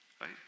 right